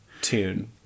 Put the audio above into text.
tune